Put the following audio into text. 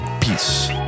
peace